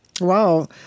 Wow